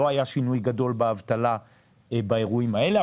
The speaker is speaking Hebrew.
לא היה שינוי גדול באבטלה באירועים האלה,